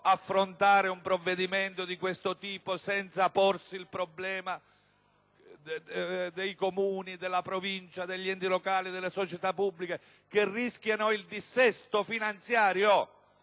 affrontare un provvedimento di questo tipo senza porsi il problema dei comuni e della province, insomma degli enti locali in genere, e delle società pubbliche, che rischiano il dissesto finanziario?